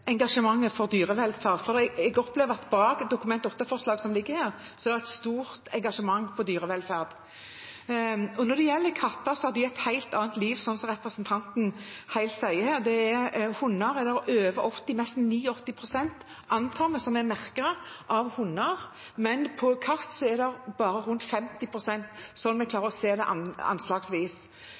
engasjementet for dyrevelferd, for jeg opplever at bak det Dokument 8-forslaget som ligger her, er det et slikt engasjement. Når det gjelder katter, har de et helt annet liv, slik representanten her sier. Mens det for hunder er over 80 pst., nesten 89 pst., antar vi, som er merket, er det for katter bare rundt 50 pst. – slik vi klarer å se det anslagsvis.